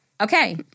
Okay